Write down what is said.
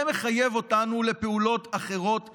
זה מחייב אותנו לפעולות אחרות לגמרי,